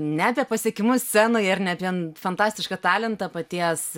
ne apie pasiekimus scenoje ir ne vien fantastišką talentą paties